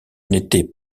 n’était